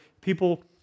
people